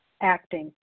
acting